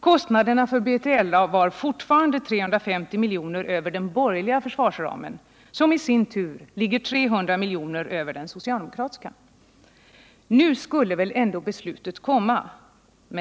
Kostnaderna för B3LA var fortfarande 350 miljoner över den borgerliga försvarsramen, som i sin tur ligger 300 miljoner över den socialdemokratiska. Nu skulle väl ändå beslutet komma?